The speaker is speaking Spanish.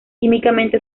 químicamente